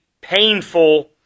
painful